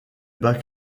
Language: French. bas